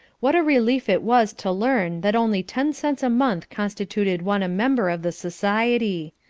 what a relief it was to learn that only ten cents a month constituted one a member of the society.